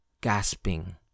gasping